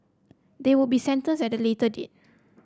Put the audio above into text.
they will be sentenced at the later date